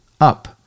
up